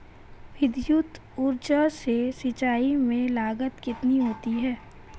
विद्युत ऊर्जा से सिंचाई में लागत कितनी होती है?